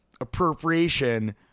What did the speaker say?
appropriation